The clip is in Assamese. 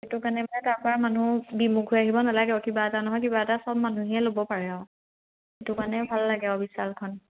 সেইটো কাৰণে মানে তাৰ পৰা মানুহ বিমুখ হৈ আহিব নালাগে আৰু কিবা এটা নহয় কিবা এটা চব মানুহে ল'ব পাৰে আৰু সেইটো কাৰণে ভাল লাগে আৰু বিশালখন